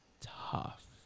tough